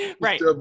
right